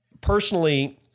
personally